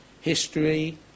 history